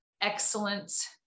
excellence